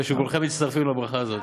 אני חושב שכולכם מצטרפים לברכה הזאת.